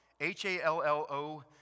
H-A-L-L-O